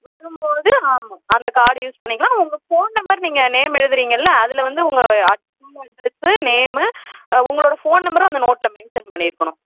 வரும்போது ஆமாம் அந்த கார்ட் யூஸ் பண்ணிக்கலாம் உங்கள் ஃபோன் நம்பர் நீங்கள் நேம் எழுதுறீங்கல்ல அதில் வந்து உங்கள் ஹோம் அட்ரஸ்ஸு நேமு உங்களோடய ஃபோன் நம்பரும் அந்த நோடில் மென்ஷன் பண்ணிருக்கணும்